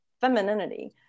femininity